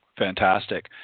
Fantastic